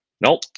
Nope